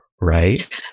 right